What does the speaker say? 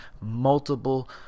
multiple